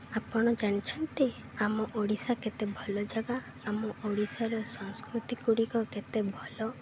ଆପଣ ଜାଣିଛନ୍ତି ଆମ ଓଡ଼ିଶା କେତେ ଭଲ ଜାଗା ଆମ ଓଡ଼ିଶାର ସଂସ୍କୃତିଗୁଡ଼ିକ କେତେ ଭଲ